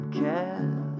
care